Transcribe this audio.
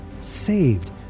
saved